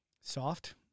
soft